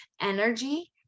energy